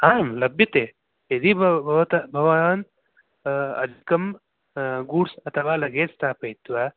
आम् लभ्यते यदि भवत् भवान् अधिकं गूड्स् अथवा लगेज् स्थापयित्वा